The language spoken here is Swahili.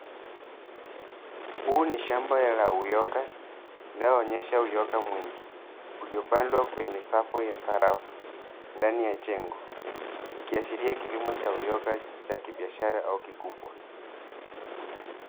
Huu ni shamba la uyoga inayoonyesha uyoga mwingi uliopandwa kwenye safu ya sarafu ndani ya jengo ikiashiria kilimo cha uyoga cha kibiashara au kikubwa.